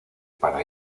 para